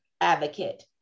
advocate